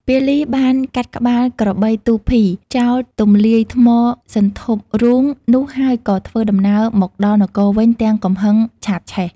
ពាលីបានកាត់ក្បាលក្របីទូភី ចោលទំលាយថ្មសន្ធប់រូងនោះហើយក៏ធ្វើដំណើរមកដល់ នគរវិញទាំងកំហឹងឆាបឆេះ។